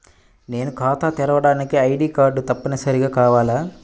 నేను ఖాతా తెరవడానికి ఐ.డీ కార్డు తప్పనిసారిగా కావాలా?